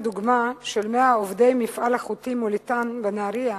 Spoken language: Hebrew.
יש דוגמה של 100 עובדי מפעל החוטים "מוליתן" בנהרייה,